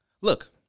Look